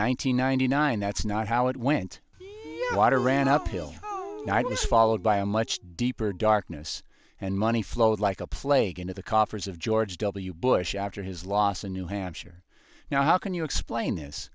hundred nine that's not how it went water ran uphill night was followed by a much deeper darkness and money flowed like a plague into the coffers of george w bush after his loss in new hampshire now how can you explain this